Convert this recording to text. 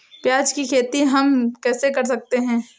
प्याज की खेती हम कैसे कर सकते हैं?